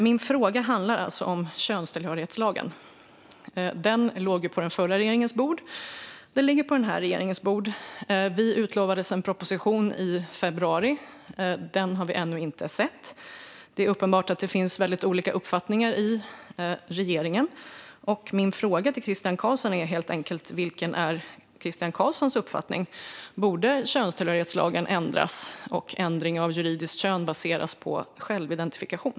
Min fråga handlar alltså om könstillhörighetslagen. Den låg på den förra regeringens bord, och den ligger på den här regeringens bord. Vi lovades en proposition i februari. Den har vi ännu inte sett. Det är uppenbart att det finns väldigt olika uppfattningar i regeringen. Min fråga till Christian Carlsson är helt enkelt vad Christian Carlssons uppfattning är. Borde könstillhörighetslagen ändras, och borde ändring av juridiskt kön baseras på självidentifikation?